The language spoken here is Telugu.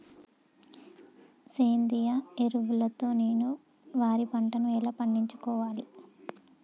సేంద్రీయ ఎరువుల తో నేను వరి పంటను ఎలా పండించాలి?